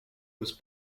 was